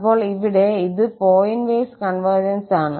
അപ്പോൾ ഇവിടെ ഇത് പോയിന്റ് വൈസ് കോൺവർജൻസ് ആണ്